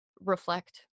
reflect